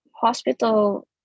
hospital